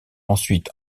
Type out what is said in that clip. ensuite